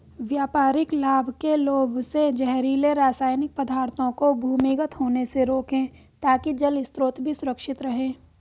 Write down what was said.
व्यापारिक लाभ के लोभ से जहरीले रासायनिक पदार्थों को भूमिगत होने से रोकें ताकि जल स्रोत भी सुरक्षित रहे